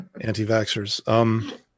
anti-vaxxers